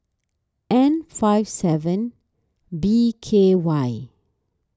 N five seven B K Y